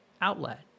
outlet